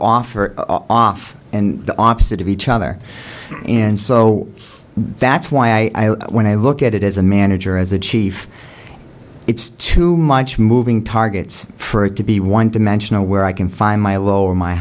or off and the opposite of each other and so that's why i when i look at it as a manager as a chief it's too much moving targets for it to be one dimensional where i can find my lower my